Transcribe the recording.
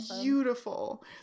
beautiful